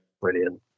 brilliant